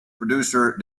producer